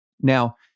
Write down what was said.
Now